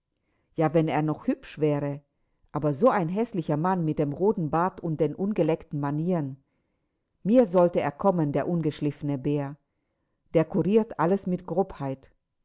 ja wenn er noch hübsch wäre aber so ein häßlicher mann mit dem roten bart und den ungeleckten manieren mir sollte er kommen der ungeschliffene bär der kuriert alles mit grobheit